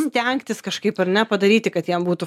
stengtis kažkaip ar ne padaryti kad jam būtų